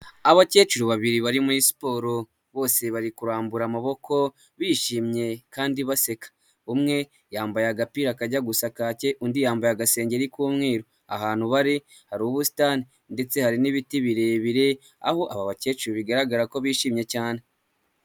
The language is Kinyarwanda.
Abakecuru babiri bari muri siporo bose bari kurambura amaboko bishimye kandi baseka, umwe yambaye agapira kajya gusa kake undi yambaye agasengenge k'umweru, ahantu bari hari ubusitani ndetse hari n'ibiti birebire aho aba bakecuru bigaragara ko bishimye cyane.